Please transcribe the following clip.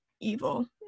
evil